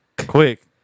Quick